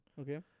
Okay